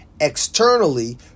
externally